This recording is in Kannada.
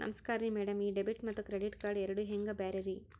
ನಮಸ್ಕಾರ್ರಿ ಮ್ಯಾಡಂ ಈ ಡೆಬಿಟ ಮತ್ತ ಕ್ರೆಡಿಟ್ ಕಾರ್ಡ್ ಎರಡೂ ಹೆಂಗ ಬ್ಯಾರೆ ರಿ?